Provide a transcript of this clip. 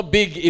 big